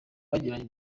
bagiranye